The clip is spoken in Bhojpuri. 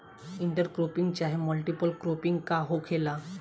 इंटर क्रोपिंग चाहे मल्टीपल क्रोपिंग का होखेला?